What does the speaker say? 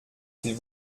s’il